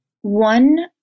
One